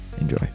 Enjoy